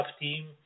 team